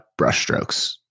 brushstrokes